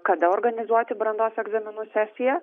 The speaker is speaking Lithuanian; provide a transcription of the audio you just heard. kada organizuoti brandos egzaminų sesiją